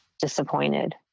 disappointed